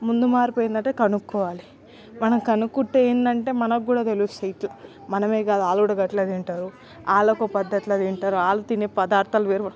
ముందు మార్పేందంటే కనుక్కోవాలి మనం కనుక్కుంటే ఏందంటే మనగూడా తెలుస్తయి ఇట్లా మనమే కదా వాళ్ళొకటి పెట్టలేదంటరు వాళ్ళొక పద్దతిలో తింటరు ఆలు తినే పదార్దాలు వేరు